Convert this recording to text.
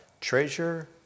treasure